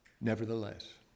Nevertheless